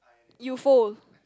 you fold